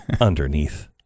underneath